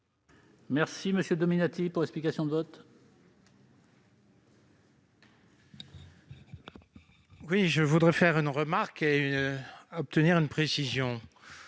M. Philippe Dominati, pour explication de vote. Je voudrais faire une remarque et obtenir une précision.